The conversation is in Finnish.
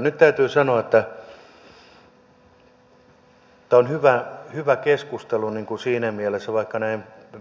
nyt täytyy sanoa että tämä on hyvä keskustelu siinä mielessä vaikka